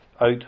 out